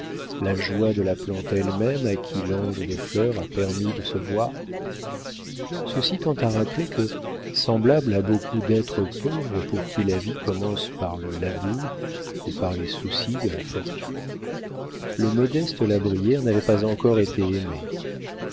la joie de la plante elle-même à qui l'ange des fleurs a permis de se voir ceci tend à rappeler que semblable à beaucoup d'êtres pauvres pour qui la vie commence par le labeur et par les soucis de la fortune le modeste la brière n'avait pas encore été aimé